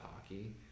hockey